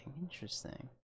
Interesting